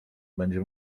będzie